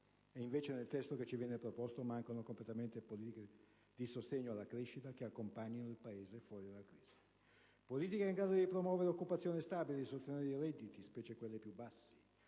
nel testo che ci viene proposto mancano completamente politiche di sostegno alla crescita che accompagnino il Paese fuori dalla crisi; politiche in grado di promuovere un'occupazione stabile ed il sostegno dei redditi, specie quelli più bassi;